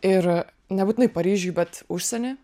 ir nebūtinai paryžiuj bet užsieny